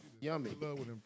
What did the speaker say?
Yummy